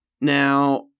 Now